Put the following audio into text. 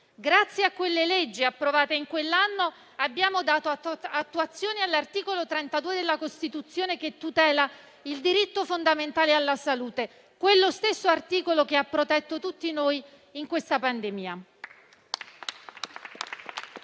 Grazie a queste leggi, approvate in quell'anno, abbiamo dato attuazione all'articolo 32 della Costituzione, che tutela il diritto fondamentale alla salute, lo stesso articolo che ha protetto tutti noi in questa pandemia.